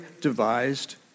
devised